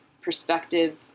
perspective